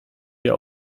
wir